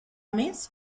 més